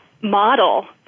model